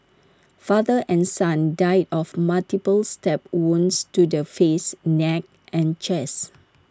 father and son died of multiple stab wounds to the face neck and chest